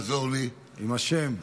תעזור לי עם השם.